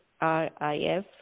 R-I-F